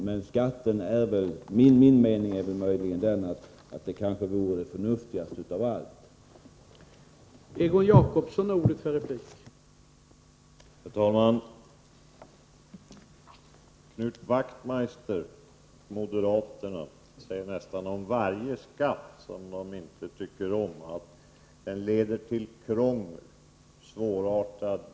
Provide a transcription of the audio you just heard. Men min mening är möjligen att skatten är sådan, att det förnuftigaste av allt vore att slopa den.